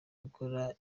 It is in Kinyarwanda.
gukora